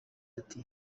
ati